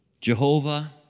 Jehovah